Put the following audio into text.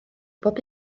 bob